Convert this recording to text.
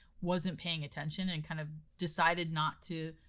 wasn't paying attention and kind of decided not to.